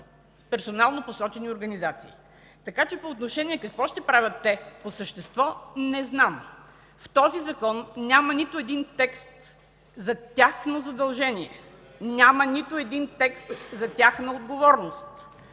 персонално посочени организации. Така че по отношение на въпроса Ви какво ще правят те по същество, не знам! В този Закон няма нито един текст за тяхно задължение, няма нито един текст за тяхна отговорност,